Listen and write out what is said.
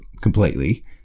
completely